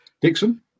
Dixon